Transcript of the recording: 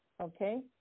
okay